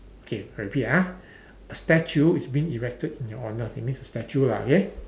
okay I repeat ah a statue is being erected in your honour it means a statue lah okay